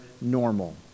normal